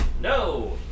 No